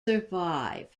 survived